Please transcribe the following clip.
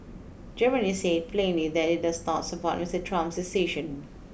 Germany said plainly that it does not support Mister Trump's decision